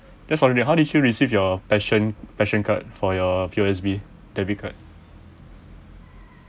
that's all already how did you receive your passion passion card for your P_O_S_B debit card